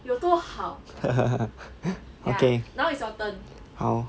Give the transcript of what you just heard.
okay 好